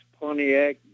Pontiac